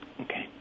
Okay